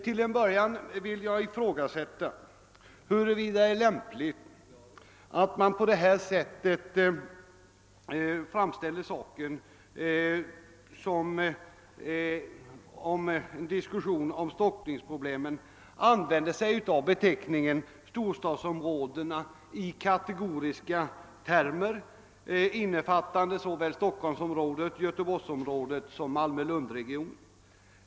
Först vill jag ifrågasätta huruvida det är lämpligt att i diskussionen om stockningsproblemen kategoriskt använda sig av benämningen storstadsområdena, innefattande såväl Stockholmsområdet, Göteborgsområdet som Malmö—Lund-regionen.